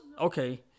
okay